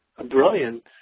brilliant